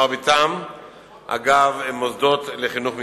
מרביתם, אגב, מוסדות לחינוך מיוחד.